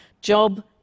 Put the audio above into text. Job